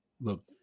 look